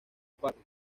partes